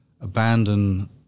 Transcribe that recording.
abandon